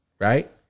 right